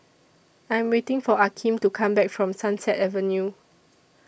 I Am waiting For Akeem to Come Back from Sunset Avenue